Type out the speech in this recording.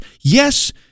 Yes